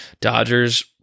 Dodgers